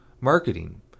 marketing